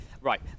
right